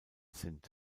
sind